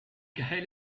geil